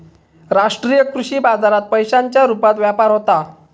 राष्ट्रीय कृषी बाजारात पैशांच्या रुपात व्यापार होता